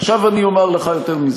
עכשיו אני אומר לך יותר מזה: